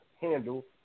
handle